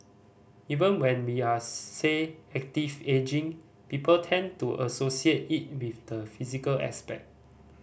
even when we are say active ageing people tend to associate it with the physical aspect